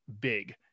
big